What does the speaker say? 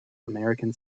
american